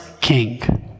king